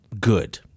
Good